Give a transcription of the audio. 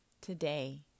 today